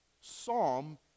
psalm